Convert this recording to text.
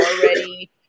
already